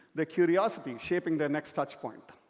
their curiosity shaping their next touchpoint.